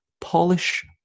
polish